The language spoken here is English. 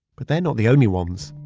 but they're not the only ones